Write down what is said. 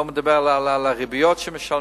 אני לא מדבר על הריביות שמשלמים,